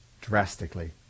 drastically